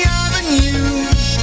avenue